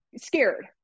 scared